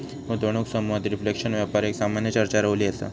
गुंतवणूक समुहात रिफ्लेशन व्यापार एक सामान्य चर्चा रवली असा